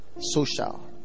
Social